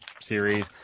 series